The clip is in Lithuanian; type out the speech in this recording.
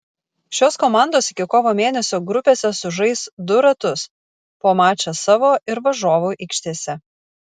šios komandos iki kovo mėnesio grupėse sužais du ratus po mačą savo ir varžovų aikštėse